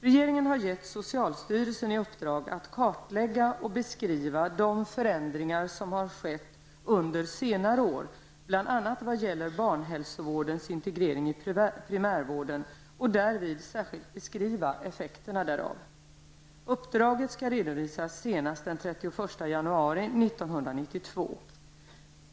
Regeringen har gett socialstyrelsen i uppdrag att kartlägga och beskriva de förändringar som har skett under senare år bl.a. vad gäller barnhälsovårdens integrering i primärvården och därvid särskilt beskriva effekterna därav. Uppdraget skall redovisas senast den 31 januari 1992.